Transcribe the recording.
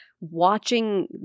watching